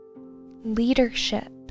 leadership